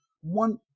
one